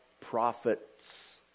prophets